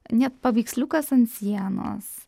net paveiksliukas ant sienos